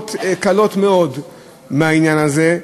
דוגמאות קלות מאוד מהעניין הזה,